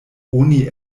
oni